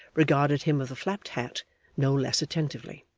regarded him of the flapped hat no less attentively.